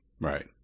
Right